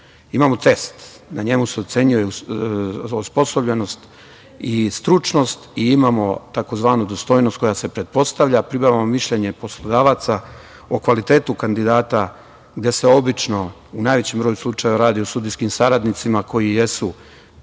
test, na njemu se ocenjuje osposobljenost i stručnost. Imamo i takozvanu dostojnost, koja se pretpostavlja pribavljenim mišljenjem poslodavaca o kvalitetu kandidata, gde se obično u najvećem broju slučajeva radi o sudijskim saradnicima koji jesu